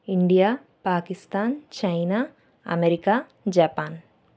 India Pakistan China America Japan